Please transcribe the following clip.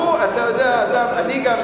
אני גם,